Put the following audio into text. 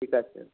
ঠিক আছে